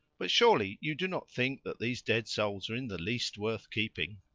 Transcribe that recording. but surely you do not think that these dead souls are in the least worth keeping?